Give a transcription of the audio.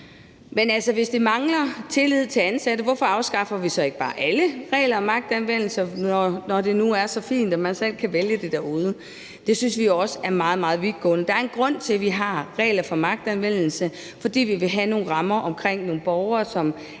Men hvis der mangler tillid til de ansatte, hvorfor afskaffer vi så ikke bare alle regler om magtanvendelse, altså når det nu er så fint, at man selv kan vælge det derude? Det synes vi jo også er meget, meget vidtgående. Der er en grund til, at vi har regler om magtanvendelse, nemlig fordi vi vil have nogle rammer omkring nogle borgere,